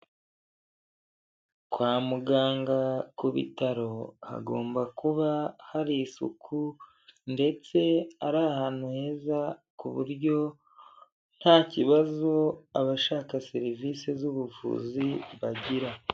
Kwa muganga ku bitaro hagomba kuba hari isuku ndetse ari ahantu heza, ku buryo nta kibazo abashaka serivisi z'ubuvuzi bagira.